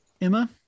emma